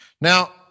Now